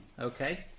Okay